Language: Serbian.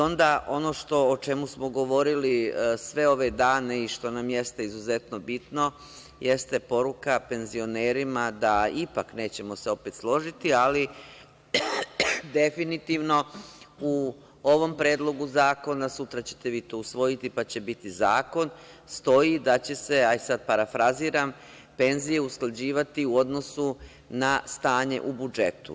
Onda, ono o čemu smo govorili sve ove dane i što nam jeste izuzetno bitno jeste poruka penzionerima da ipak nećemo se opet složiti, ali definitivno u ovom predlogu zakona, sutra ćete vi to usvojiti pa će biti zakon, stoji da će se, sada parafraziram, penzije usklađivati u odnosu na stanje u budžetu.